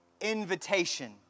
Invitation